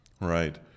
Right